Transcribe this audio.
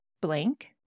blank